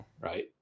Right